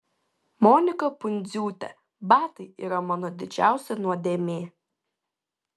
monika pundziūtė batai yra mano didžiausia nuodėmė